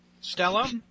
Stella